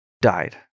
died